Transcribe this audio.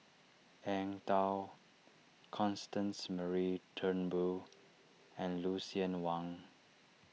Eng Tow Constance Mary Turnbull and Lucien Wang